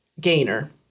gainer